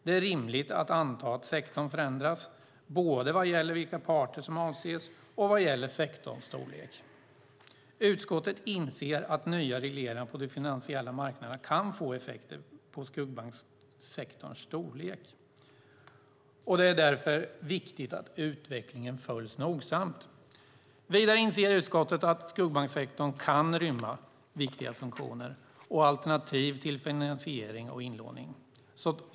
Det är rimligt att anta att sektorn förändras både vad gäller vilka parter som avses och vad gäller sektorns storlek. Utskottet inser att nya regleringar på de finansiella marknaderna kan få effekter på skuggbanksektorns storlek. Det är därför viktigt att utvecklingen följs nogsamt. Vidare inser utskottet att skuggbanksektorn kan rymma viktiga funktioner och alternativ till finansiering och inlåning.